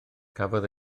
cafodd